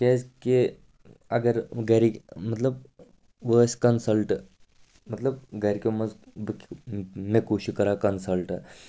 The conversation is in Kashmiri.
کیٛازکہِ اگر گَرِکۍ مطلب وۅنۍ أسۍ کَنسَلٹہٕ مطلب گَرِکٮ۪و منٛز بہٕ مےٚ کُس چھُ کَران کَنسَلٹہٕ